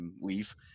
leave